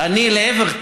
להפך,